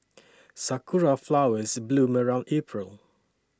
sakura flowers bloom around April